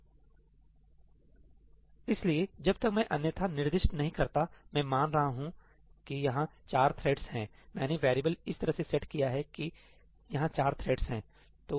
student इसलिएजब तक मैं अन्यथा निर्दिष्ट नहीं करता मैं मान रहा हूं कि यहां चार थ्रेड्स है मैंने वेरिएबल इस तरह से सेट किया है के यहां चार थ्रेड्स हैं